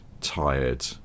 tired